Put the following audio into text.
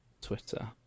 Twitter